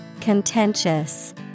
Contentious